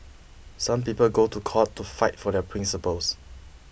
some people go to court to fight for their principles